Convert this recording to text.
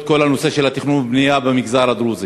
את כל הנושא של התכנון והבנייה במגזר הדרוזי.